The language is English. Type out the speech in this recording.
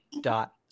dot